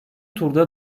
turda